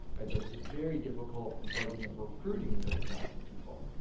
there's this very difficult burden of recruiting really talented people.